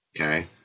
Okay